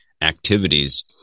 activities